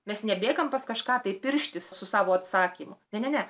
mes nebėgam pas kažką tai pirštis su savo atsakymu ne ne